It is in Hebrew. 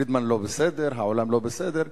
פרידמן לא בסדר, העולם לא בסדר.